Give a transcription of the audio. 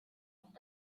oft